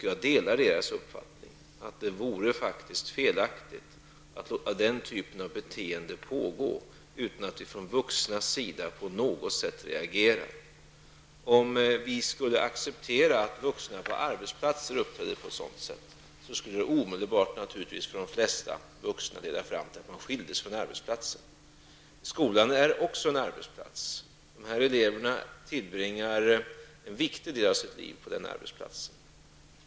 Jag delar deras uppfattning att det faktiskt vore felaktigt att låta den typen av beteende pågå utan att vi från de vuxnas sida på något sätt reagerar. Om vi skulle se att vuxna på arbetsplatserna uppträdde på sådant sätt, skulle det naturligtvis omedelbart för de flesta vuxna leda till att de skildes från arbetsplatsen. Skolan är också en arbetsplats. Eleverna tillbringar en viktig del av sitt liv på den arbetsplatsen.